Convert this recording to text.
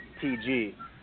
TG